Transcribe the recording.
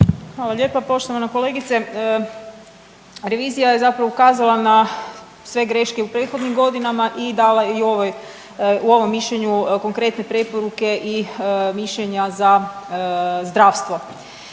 Hvala lijepa poštovana kolegice. Revizija je zapravo ukazala na sve greške u prethodnim godinama i dala je u ovoj, u ovom mišljenju konkretne preporuke i mišljenja za zdravstvo.